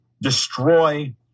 destroy